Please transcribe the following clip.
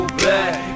back